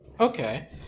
okay